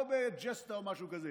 לא בג'סטה או משהו כזה,